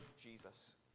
Jesus